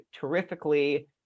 terrifically